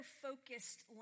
focused